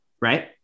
Right